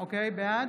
בעד